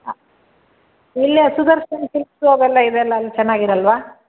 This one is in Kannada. ಇಲ್ಲ ಸುದರ್ಶನ್ ಸಿಲ್ಕ್ಸ್ ಅವೆಲ್ಲ ಇವೆಯಲ್ಲ ಅಲ್ಲಿ ಚೆನ್ನಾಗಿರಲ್ವಾ